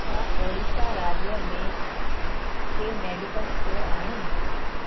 छा ओड़ीसा राज्य में के मेडिकल स्टोर आहिनि